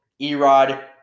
Erod